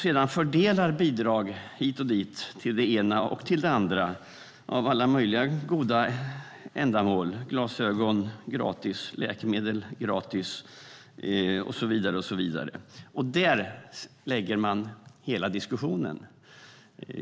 Sedan fördelar man bidrag hit och dit till det ena eller andra av alla möjliga goda ändamål, till exempel gratis glasögon, gratis läkemedel och så vidare. Dit förlägger man hela diskussionen.